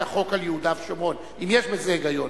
את החוק על יהודה ושומרון אם יש בזה היגיון,